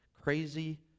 crazy